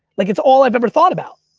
like it's all i've ever thought about.